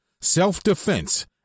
self-defense